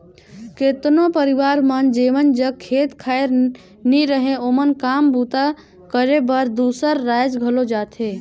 केतनो परिवार मन जेमन जग खेत खाएर नी रहें ओमन काम बूता करे बर दूसर राएज घलो जाथें